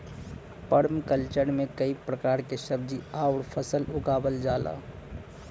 permaculture में कई प्रकार के सब्जी आउर फसल उगावल जाला